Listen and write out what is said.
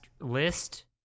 list